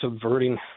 subverting